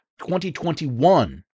2021